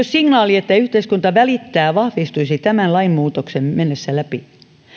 signaali että yhteiskunta välittää vahvistuisi tämän lainmuutoksen mennessä läpi